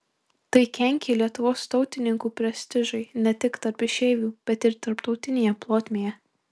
tai kenkė lietuvos tautininkų prestižui ne tik tarp išeivių bet ir tarptautinėje plotmėje